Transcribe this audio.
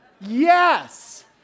Yes